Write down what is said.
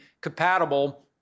compatible